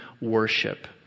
worship